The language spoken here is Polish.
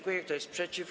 Kto jest przeciw?